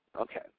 Okay